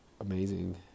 amazing